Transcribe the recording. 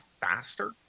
faster